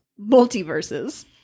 multiverses